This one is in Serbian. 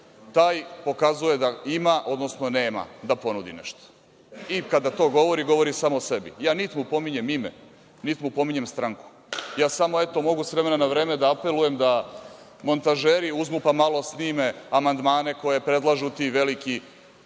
taj pokazuje da ima, odnosno nema da ponudi nešto. Kada to govori, govori samo o sebi. Ja niti mu pominjem ima, niti mu pominjem stranku, samo mogu, eto, s vremena na vreme da apelujem da montažeri uzmu i malo snime amandmane koje predlažu ti veliki